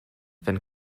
wenn